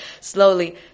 slowly